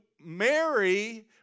Mary